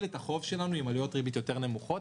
את החוב שלנו עם עלויות ריבית יותר נמוכות.